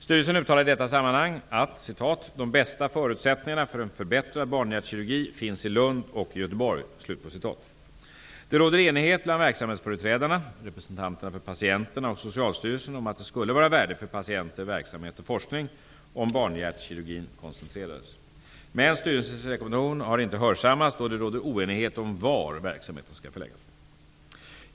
Styrelsen uttalade i detta sammanhang att ''de bästa förutsättningarna för en förbättrad barnhjärtkirurgi finns i Lund och i Göteborg''. Det råder enighet bland verksamhetsföreträdarna, representanter för patienterna och Socialstyrelsen om att det skulle vara av värde för patienter, verksamhet och forskning om barnhjärtkirurgin koncentrerades. Men styrelsens rekommendationer har inte hörsammats, då det råder oenighet om var verksamheten skall förläggas.